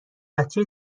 بچه